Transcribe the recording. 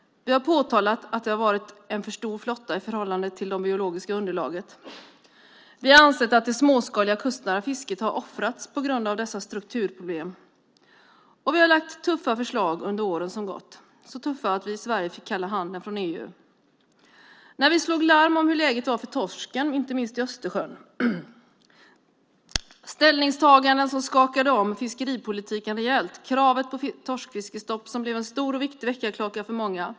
Vi har påtalat att det har varit en för stor flotta i förhållande till det biologiska underlaget. Vi har ansett att det småskaliga kustnära fisket har offrats på grund av dessa strukturproblem. Vi har lagt fram tuffa förslag under åren som gått. De var så tuffa att vi fick kalla handen från EU när vi slog larm om hur läget var för torsken inte minst i Östersjön. Det var ställningstaganden som skakade om fiskeripolitiken rejält. Kravet på torskfiskestopp blev en stor och viktig väckarklocka för många.